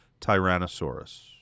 Tyrannosaurus